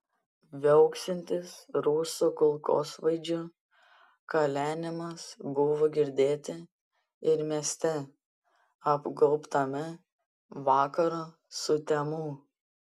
viauksintis rusų kulkosvaidžių kalenimas buvo girdėti ir mieste apgaubtame vakaro sutemų